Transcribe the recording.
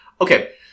Okay